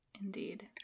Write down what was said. indeed